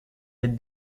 est